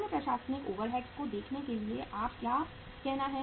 अन्य प्रशासनिक ओवरहेड्स को देखने के लिए आप का क्या कहना है